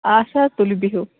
آچھا حظ تُلِو بِہِو